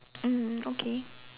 mm okay